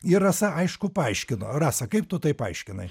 ir rasa aišku paaiškino rasa kaip tu tai paaiškinai